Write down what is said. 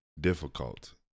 difficult